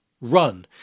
run